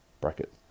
bracket